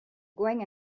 going